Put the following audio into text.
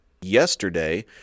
yesterday